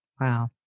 wow